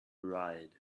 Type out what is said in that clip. ride